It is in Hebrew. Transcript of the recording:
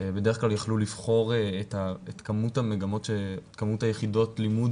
בדרך כלל יכלו לבחור את כמות יחידות הלימוד